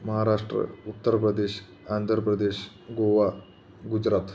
Maharashtra Uttar Pradesh Andhra Pradesh Goa Gujarat